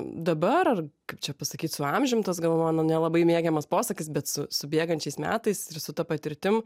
dabar kaip čia pasakyt su amžium tas gal mano nelabai mėgiamas posakis bet su su bėgančiais metais ir su ta patirtim